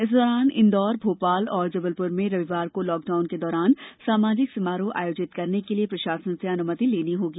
इस दौरान इंदौर भोपाल एवं जबलपुर में रविवार को लॉकडाउन के दौरान सामाजिक समारोह आयोजित करने के लिए प्रशासन से अनुमति लेनी होगी